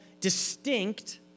distinct